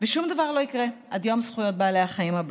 ושום דבר לא יקרה עד ליום זכויות בעלי החיים הבא.